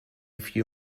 few